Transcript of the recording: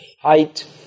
height